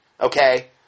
okay